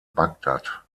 bagdad